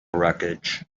wreckage